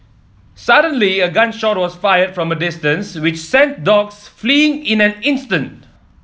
suddenly a gun shot was fired from a distance which sent the dogs fleeing in an instant